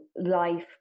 life